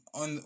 on